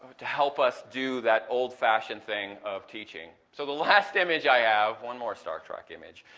to help us do that old fashioned thing of teaching. so the last image i have, one more star trek image,